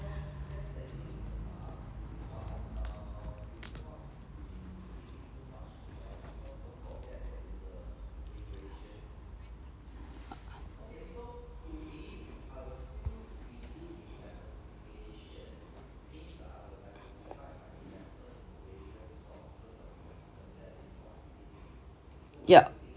yeah